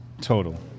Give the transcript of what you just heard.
total